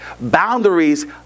Boundaries